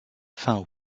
fin